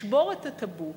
לשבור את הטבו,